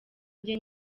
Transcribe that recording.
njye